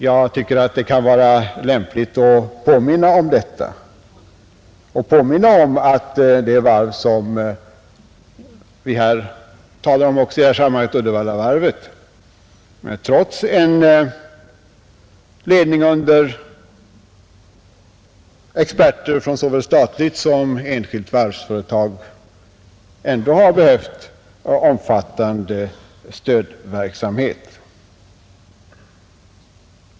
Jag tycker att det kan vara lämpligt att påminna om detta och påminna om att det varv som vi också talar om i detta sammanhang, Uddevallavarvet, trots ledning av experter från såväl statlig sida som enskilt varvsföretagande har behövt en mer omfattande stödverksamhet än Götaverken.